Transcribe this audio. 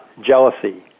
jealousy